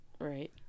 Right